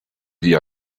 the